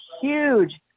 huge